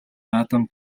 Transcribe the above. наадам